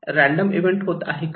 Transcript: random event होत आहे का